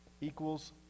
equals